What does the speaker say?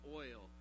oil